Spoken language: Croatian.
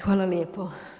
Hvala lijepo.